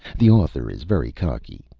the author is very cocky.